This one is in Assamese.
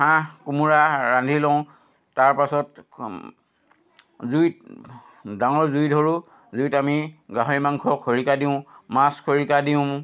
হাঁহ কোমোৰা ৰান্ধি লওঁ তাৰ পাছত জুইত ডাঙৰ জুই ধৰোঁ জুইত আমি গাহৰি মাংস খৰিকাত দিওঁ মাছ খৰিকাত দিওঁ